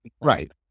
Right